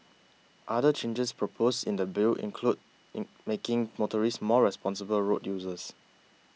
other changes proposed in the Bill include in making motorists more responsible road users